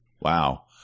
Wow